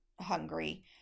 hungry